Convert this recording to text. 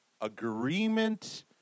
agreement